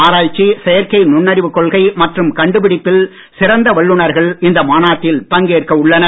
ஆராய்ச்சி செயற்கை நுண்ணறிவு கொள்கை மற்றும் கண்டுபிடிப்பில் சிறந்த வல்லுனர்கள் இந்த மாநாட்டில் பங்கேற்க உள்ளனர்